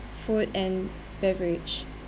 food and beverage